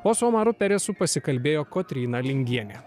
o su omaru peresu pasikalbėjo kotryna lingienė